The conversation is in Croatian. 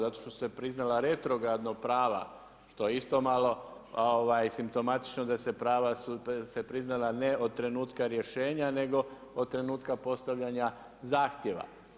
Zato što su se priznala retrogradno prava što je isto malo simptomatično da su se prava priznala ne od trenutka rješenja nego od trenutka postavljanja zahtjeva.